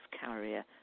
carrier